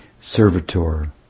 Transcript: servitor